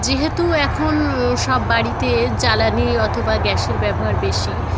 যেহেতু এখন সব বাড়িতে জ্বালানি অথবা গ্যাসের ব্যবহার বেশি